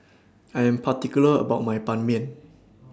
I Am particular about My Ban Mian